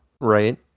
right